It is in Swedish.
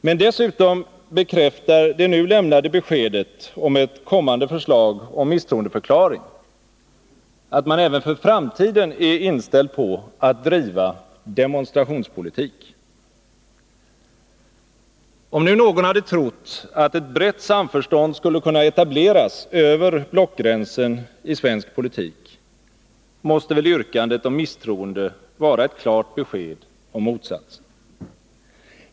Men dessutom bekräftar det nu lämnade beskedet om ett kommande förslag om misstroendeförklaring, att man även för framtiden är inställd på att driva demonstrationspolitik. Om nu någon hade trott att ett brett samförstånd skulle kunna etableras över blockgränsen i svensk politik, måste väl yrkandet om misstroende vara ett klart besked om motsatsen.